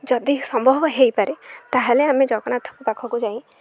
ଯଦି ସମ୍ଭବ ହୋଇପାରେ ତାହେଲେ ଆମେ ଜଗନ୍ନାଥଙ୍କ ପାଖକୁ ଯାଇ